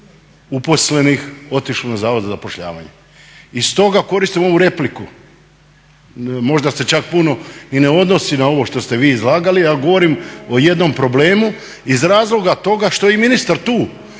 uposlenih otišlo na zavod za zapošljavanje. I stoga koristim ovu repliku, možda se čak puno i ne odnosi na ovo što ste vi izlagali ali govorim o jednom problemu iz razloga toga što je i ministar tu.